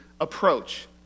approach